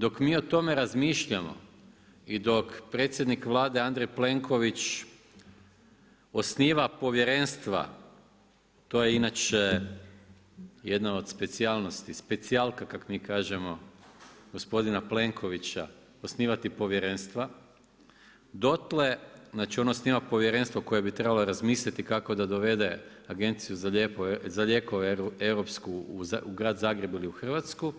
Dok mi o tome razmišljamo i dok predsjednik Vlade Andrej Plenković osniva povjerenstva, to je inače jedna od specijalnosti, specijalka kako mi kažemo gospodina Plenkovića, osnivati povjerenstva, dotle, znači on osniva povjerenstvo koje bi trebalo razmisliti kako da dovede agenciju za lijekove u grad Zagreb ili u Hrvatsku,